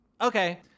Okay